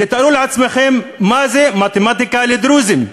תתארו לעצמכם מה זה מתמטיקה לדרוזים.